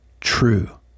true